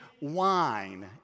wine